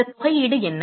இந்த தொகையீடு என்ன